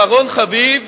ואחרון חביב,